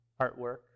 artwork